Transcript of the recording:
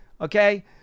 Okay